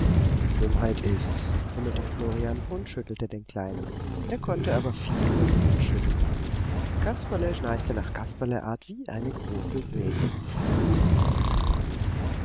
dummheit ist's brummelte florian und schüttelte den kleinen er konnte aber viel rütteln und schütteln kasperle schnarchte nach kasperleart wie eine große säge